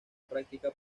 practica